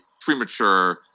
premature